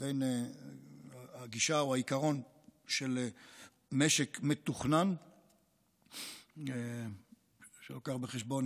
לבין הגישה או העיקרון של משק מתוכנן שלוקח בחשבון